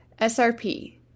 SRP